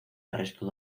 arresto